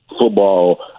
football